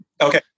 okay